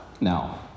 Now